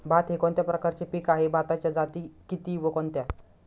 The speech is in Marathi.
भात हे कोणत्या प्रकारचे पीक आहे? भाताच्या जाती किती व कोणत्या?